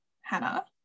Hannah